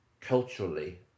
culturally